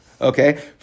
Okay